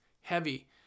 heavy